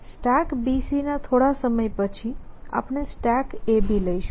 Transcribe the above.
StackBC ના થોડા સમય પછી આપણે StackAB લઈશું